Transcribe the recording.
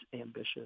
ambitious